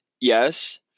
Yes